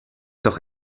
doch